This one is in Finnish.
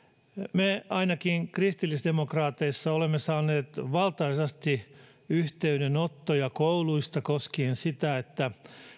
me kristillisdemokraateissa olemme saaneet valtaisasti yhteydenottoja kouluista koskien sitä että